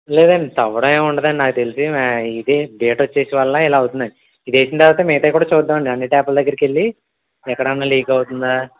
లేదండి తవ్వడం ఏమి ఉండదు అండి నాకు తెలిసి ఇది డేట్ వచ్చి వల్ల ఇలా అవుతుంది అండి ఇది వేసిన తర్వాత మిగతావి కుడా చుద్దాము అండి అన్నీ టాప్ల దగ్గరకి వెళ్ళి ఎక్కడన్న లీక్ అవుతుందా